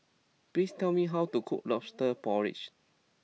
please tell me how to cook Lobster Porridge